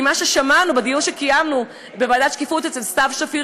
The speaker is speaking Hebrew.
כי מה ששמענו בדיון שקיימנו בוועדת השקיפות אצל סתיו שפיר,